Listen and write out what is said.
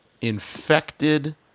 Infected